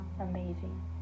amazing